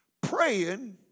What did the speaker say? praying